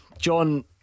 John